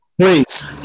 Please